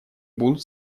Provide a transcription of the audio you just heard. будут